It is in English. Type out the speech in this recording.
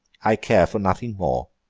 i care for nothing more